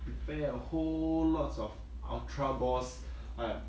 prepare a whole lots of ultra balls and